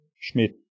schmidt